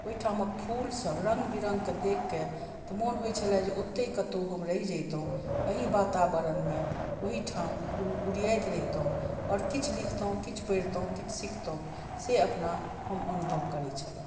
ओहिठामक फूल सब रंग बिरंग के देख के तऽ मोन होइत छला जे ओतै कतौ हम रहि जइतौं अहि वातावरण मे ओहिठाम उरियाति रहितौं और किछु लिखतौं किछु पढ़ितौं किछु सिखतौं से अपना हम अनुभव करै छलौं